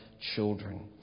children